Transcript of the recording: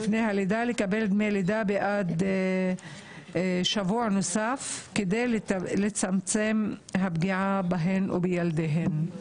לקבל דמי לידה בעד שבוע נוסף כדי לצמצם את הפגיעה בהן ובילדיהן.